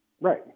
Right